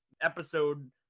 episode